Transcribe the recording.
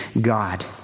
God